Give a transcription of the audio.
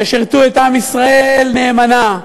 ששירתו את עם ישראל נאמנה,